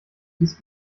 dies